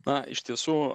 na iš tiesų